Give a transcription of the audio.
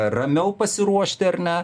ramiau pasiruošti ar ne